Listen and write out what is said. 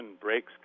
breaks